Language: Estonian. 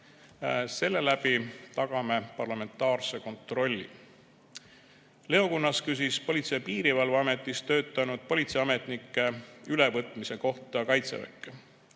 Selle läbi tagame parlamentaarse kontrolli. Leo Kunnas küsis Politsei- ja Piirivalveametis töötanud politseiametnike ülevõtmise kohta Kaitseväkke.